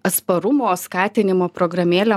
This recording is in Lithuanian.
atsparumo skatinimo programėlę